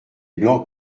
blanc